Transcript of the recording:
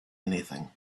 anything